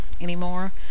anymore